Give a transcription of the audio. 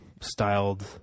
styled